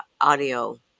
audio